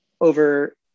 over